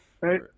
Right